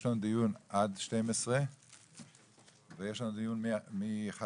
יש לנו דיון עד 12:00 ויש לנו דיון מ-12:30.